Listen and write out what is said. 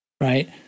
right